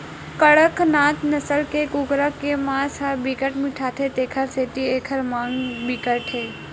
कड़कनाथ नसल के कुकरा के मांस ह बिकट मिठाथे तेखर सेती एखर मांग बिकट हे